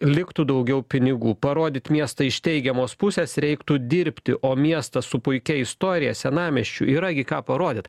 liktų daugiau pinigų parodyt miestą iš teigiamos pusės reiktų dirbti o miestas su puikia istorija senamiesčiu yra gi ką parodyt